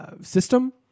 system